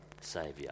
Saviour